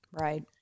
Right